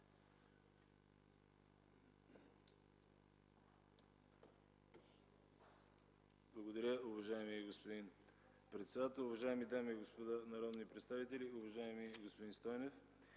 Благодаря Ви, уважаеми господин председател. Уважаеми дами и господа народни представители, уважаеми господин Стойнев!